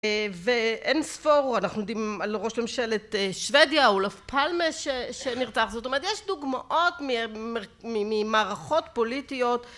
ואין ספור, אנחנו יודעים על ראש ממשלת שוודיה, אולף פלמה, שנרצח, זאת אומרת, יש דוגמאות ממערכות פוליטיות